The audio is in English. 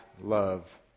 love